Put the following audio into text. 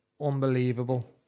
unbelievable